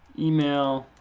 email,